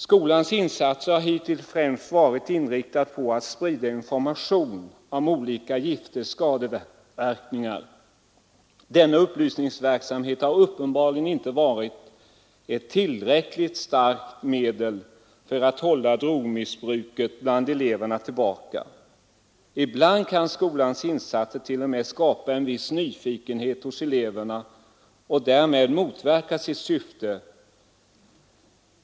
Skolans insatser har hittills främst var inriktade på att sprida information om olika gifters skadeverkningar. Denna upplysningsverksamhet har uppenbarligen inte varit ett tillräckligt starkt medel för att hålla drogmissbruket bland eleverna tillbaka. Ibland kan skolans insatser t.o.m. skapa en viss nyfikenhet hos eleverna och därmed motverka sitt syfte.